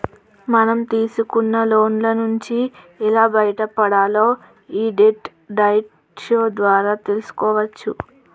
మనం తీసుకున్న లోన్ల నుంచి ఎలా బయటపడాలో యీ డెట్ డైట్ షో ద్వారా తెల్సుకోవచ్చు